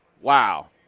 wow